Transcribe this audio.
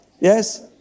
Yes